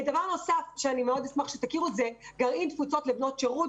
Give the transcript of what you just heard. דבר נוסף שאני אשמח שתכירו זה גרעין תפוצות לבנות שירות,